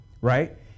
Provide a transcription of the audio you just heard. right